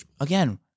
Again